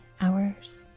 hours